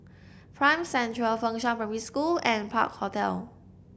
Prime Central Fengshan Primary School and Park Hotel